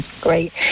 great